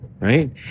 right